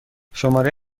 شماره